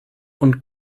und